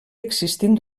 existint